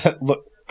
look